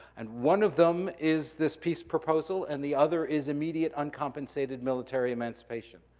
and one of them is this peace proposal, and the other is immediate, uncompensated military emancipation.